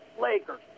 Lakers